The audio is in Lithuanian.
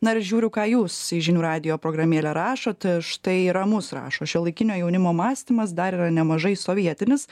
na ir žiūriu ką jūs į žinių radijo programėlę rašot štai ramus rašo šiuolaikinio jaunimo mąstymas dar yra nemažai sovietinis